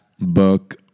book